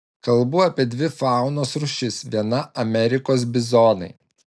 kalbu apie dvi faunos rūšis viena amerikos bizonai